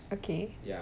okay